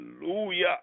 hallelujah